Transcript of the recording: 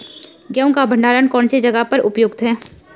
गेहूँ का भंडारण कौन सी जगह पर उपयुक्त है?